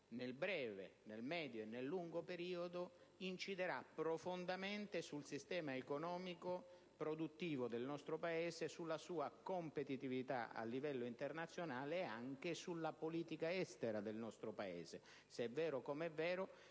nel breve, medio e lungo periodo, inciderà profondamente sul sistema economico produttivo del nostro Paese, sulla sua competitività a livello internazionale ed anche sulla politica estera del nostro Paese. Infatti dal punto